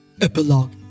Epilogue